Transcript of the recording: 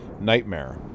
nightmare